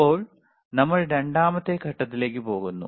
ഇപ്പോൾ നമ്മൾ രണ്ടാമത്തെ ഘട്ടത്തിലേക്ക് പോകുന്നു